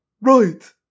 right